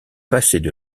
passaient